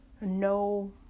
no